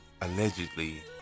allegedly